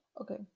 Okay